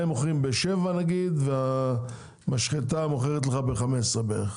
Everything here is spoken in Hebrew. הם מוכרים ב-7 ₪ נגיד והמשחטה מוכרת לך ב-15 ₪ בערך.